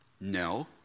No